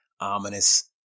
ominous